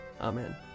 Amen